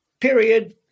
period